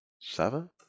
Seven